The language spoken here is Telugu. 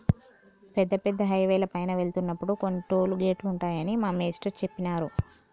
పెద్ద పెద్ద హైవేల పైన వెళ్తున్నప్పుడు కొన్ని టోలు గేటులుంటాయని మా మేష్టారు జెప్పినారు